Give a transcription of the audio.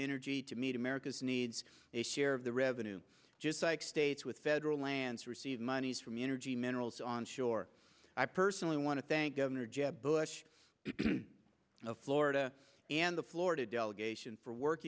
energy to meet america's needs share of the revenue just like states with federal lands receive monies from the energy minerals onshore i personally want to thank governor jeb bush of florida and the florida delegation wor